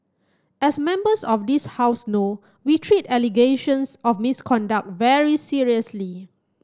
as members of this House know we treat allegations of misconduct very seriously